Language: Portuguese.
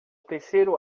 terceiro